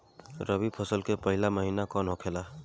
रबी फसल के पहिला महिना कौन होखे ला?